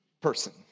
person